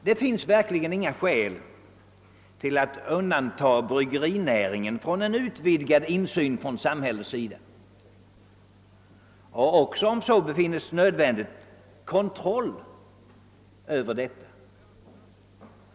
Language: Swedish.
Det finns verkligen inga skäl att undanta bryggerinäringen från en utvidgad insyn från samhällets sida och — om så befinnes nödvändigt — kontroll över näringen.